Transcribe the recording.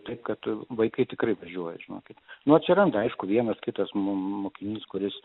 taip kad vaikai tikrai važiuoja žinokit nu atsiranda aišku vienas kitas mokinys kuris